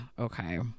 Okay